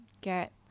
get